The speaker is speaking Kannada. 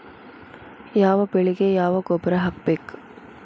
ಯಾವ ಬೆಳಿಗೆ ಯಾವ ಗೊಬ್ಬರ ಹಾಕ್ಬೇಕ್?